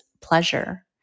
pleasure